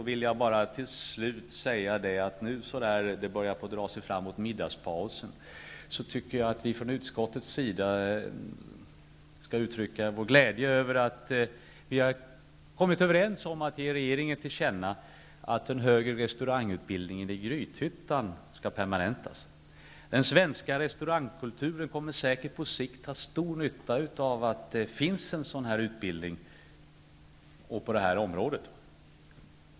Nu när klockan börjar dra sig fram mot middagspausen tycker jag att vi i utskottet skall uttrycka vår glädje över att vi kommit överens om att ge regeringen till känna att den högre restaurangutbildningen i Grythyttan skall permanentas. Den svenska restaurangkulturen kommer säkert på sikt att ha stor nytta av att det finns en sådan utbildning på detta område.